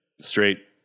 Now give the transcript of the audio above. straight